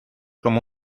como